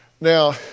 Now